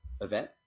event